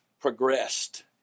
progressed